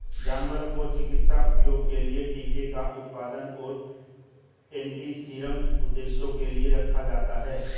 जानवरों को चिकित्सा उपयोग के लिए टीके का उत्पादन और एंटीसीरम उद्देश्यों के लिए रखा जाता है